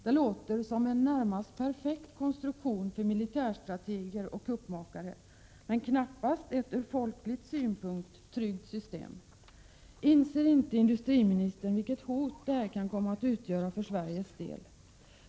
Det låter som en närmast perfekt konstruktion för militärstrateger och kuppmakare, men knappast som ett ur folkens synpunkt tryggt system. Inser inte industriministern vilket hot detta kan komma att utgöra för Sveriges del?